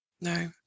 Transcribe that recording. no